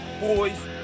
boys